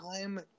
time